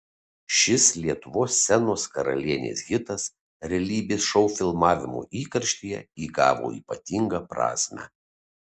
šis lietuvos scenos karalienės hitas realybės šou filmavimo įkarštyje įgavo ypatingą prasmę